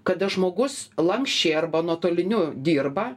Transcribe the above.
kada žmogus lanksčiai arba nuotoliniu dirba